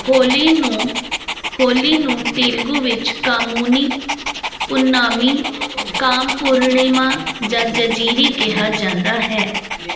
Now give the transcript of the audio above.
ਹੋਲੀ ਨੂੰ ਹੋਲੀ ਨੂੰ ਤੇਲਗੂ ਵਿੱਚ ਕਾਮੂਨੀ ਪੁੰਨਾਮੀ ਕਾਮ ਪੂਰਣਿਮਾ ਜਾਂ ਜਜੀਰੀ ਕਿਹਾ ਜਾਂਦਾ ਹੈ